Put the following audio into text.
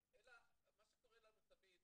מה שקורה לנו תמיד,